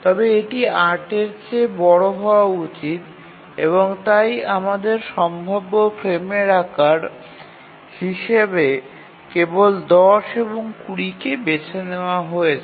তবে এটি ৮ এর চেয়ে বড় হওয়া উচিত এবং তাই আমাদের সম্ভাব্য ফ্রেমের আকার হিসাবে কেবল ১০ এবং ২০ কে নেওয়া হয়েছে